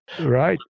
Right